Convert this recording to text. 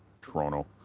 Toronto